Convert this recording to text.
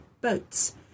boats